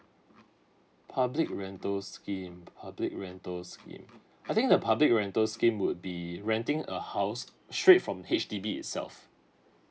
public rental scheme public rental scheme I think the public rental scheme would be renting a house straight from H_D_B itself